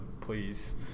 please